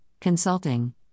consulting